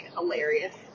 Hilarious